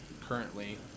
currently